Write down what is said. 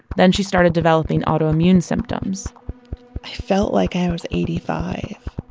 then she started developing autoimmune symptoms i felt like i was eighty five.